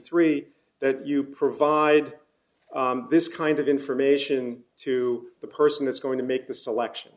three that you provide this kind of information to the person that's going to make the selection